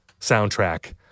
soundtrack